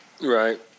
Right